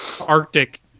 arctic